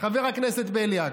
חבר הכנסת בליאק,